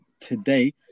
Today